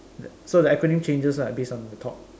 so the acronym changes lah based on the top